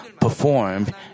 performed